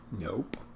Nope